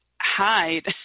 hide